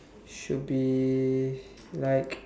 should be like